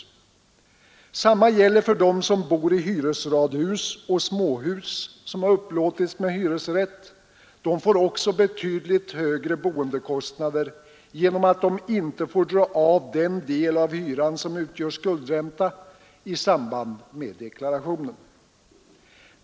Detsamma gäller för dem som bor i hyresradhus och småhus som upplåtits med hyresrätt; de får också betydligt högre boendekostnader genom att de i samband med deklarationen inte för dra av den del av hyran som utgör skuldränta.